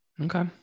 Okay